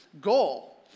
goal